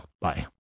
bye